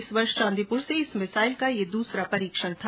इस वर्ष चांदीपुर से इस मिसाइल का यह दूसरा परीक्षण था